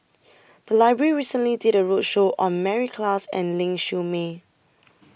The Library recently did A roadshow on Mary Klass and Ling Siew May